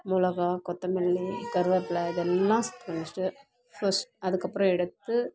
மிளகா கொத்தமல்லி கருவேப்பில்ல இதெல்லாம் சுத்தம் பண்ணி வச்சுட்டு ஃபஸ்ட் அதுக்கப்புறம் எடுத்து